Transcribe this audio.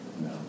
No